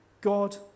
god